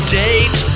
date